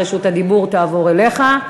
רשות הדיבור תעבור אליך,